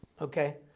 okay